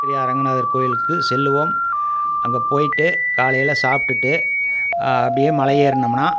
பெரிய அரங்கநாதர் கோயிலுக்கு செல்லுவோம் அங்கே போயிவிட்டு காலையில் சாப்பிடுட்டு அப்படியே மலை ஏறுனம்ன்னா